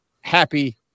happy